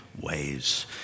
ways